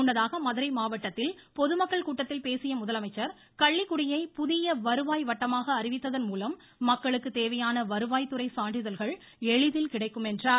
முன்னதாக மதுரை மாவட்டத்தில் பொதுமக்கள் கூட்டத்தில் பேசிய முதலமைச்சர் கள்ளிக்குடியை புதிய வருவாய் வட்டமாக அறிவித்ததன் மூலம் மக்களுக்கு தேவையான வருவாய் துறை சான்றிதழ்கள் எளிதில் கிடைக்கும் என்றார்